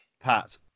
Pat